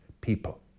people